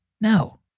no